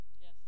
Yes